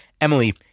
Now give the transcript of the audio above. Emily